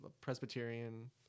Presbyterian